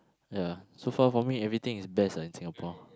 ya so far for me everything is best ah in Singapore